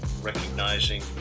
recognizing